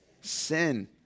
Sin